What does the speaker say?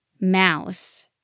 Mouse